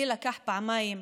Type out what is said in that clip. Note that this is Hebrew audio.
לי לקח פעמיים,